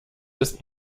ist